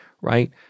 right